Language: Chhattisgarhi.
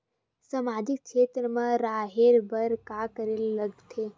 सामाजिक क्षेत्र मा रा हे बार का करे ला लग थे